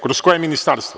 Kroz koje ministarstvo?